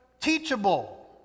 teachable